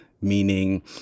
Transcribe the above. meaning